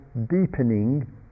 deepening